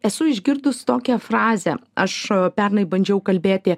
esu išgirdus tokią frazę aš pernai bandžiau kalbėti